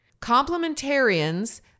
Complementarians